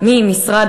לוועדה ממשרד,